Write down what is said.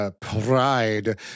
Pride